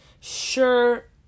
sure